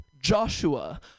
Joshua